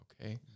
Okay